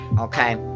okay